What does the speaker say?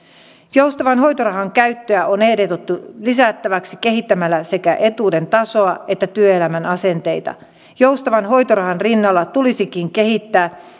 joustavan hoitorahan käyttöä on ehdotettu lisättäväksi kehittämällä sekä etuuden tasoa että työelämän asenteita joustavan hoitorahan rinnalla tulisikin kehittää